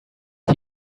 you